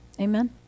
Amen